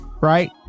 right